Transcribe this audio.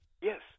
Yes